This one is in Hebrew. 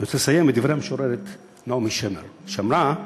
אני רוצה לסיים בדברי המשוררת נעמי שמר, שאמרה: